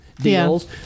deals